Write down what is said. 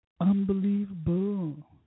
Unbelievable